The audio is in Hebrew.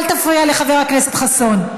אל תפריע לחבר הכנסת חסון.